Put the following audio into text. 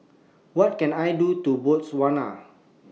What Can I Do in Botswana